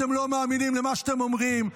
אתם לא מאמינים למה שאתם אומרים,